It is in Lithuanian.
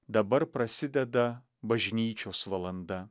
dabar prasideda bažnyčios valanda